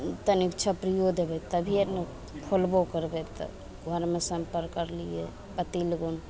तनिक छपरियो देबय तभिये नहि खोलबो करबय तऽ घरमे सम्पर्क करलियै पति लगन